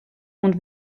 und